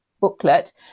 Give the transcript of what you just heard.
booklet